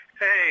Hey